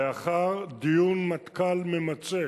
לאחר דיון מטכ"ל ממצה